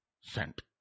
sent